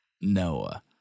Noah